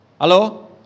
Hello